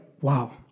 wow